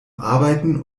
arbeiten